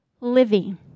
living